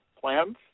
plans